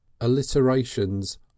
alliterations